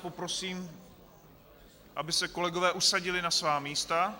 Poprosím, aby se kolegové usadili na svá místa.